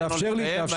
תאפשר לי --- עידן,